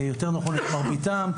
יותר נכון את מרביתם,